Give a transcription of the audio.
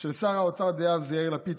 של שר האוצר דאז יאיר לפיד,